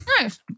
Nice